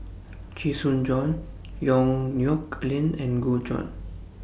Chee Soon Juan Yong Nyuk Lin and Gu Juan